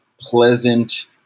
pleasant